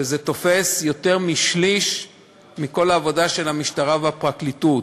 וזה תופס יותר משליש מכל העבודה של המשטרה והפרקליטות.